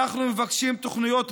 אנחנו מבקשים תוכניות ברורות,